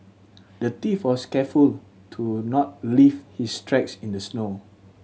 the thief was careful to not leave his tracks in the snow